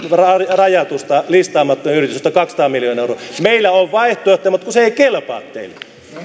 rajatuista listaamattomista yrityksistä kaksisataa miljoonaa euroa meillä on vaihtoehtoja mutta kun ne eivät kelpaa teille